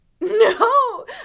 No